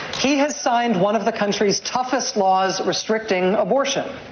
he has signed one of the country's toughest laws restricting abortion.